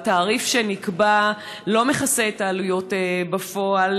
התעריף שנקבע לא מכסה את העלויות בפועל.